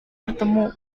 bertemu